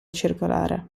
circolare